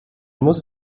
muss